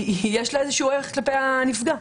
יש לה איזה ערך כלפי הנפגע,